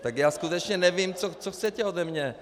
Tak já skutečně nevím, co chcete ode mě.